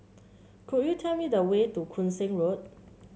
could you tell me the way to Koon Seng Road